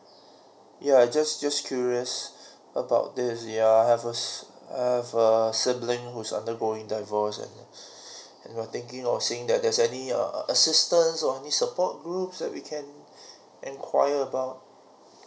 yeah just just curious about this yeah have a have a sibling who's undergoing divorce and and was thinking of saying that there's any err assistance or any support groups that we can enquire about